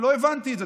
לא הבנתי את זה.